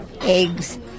Eggs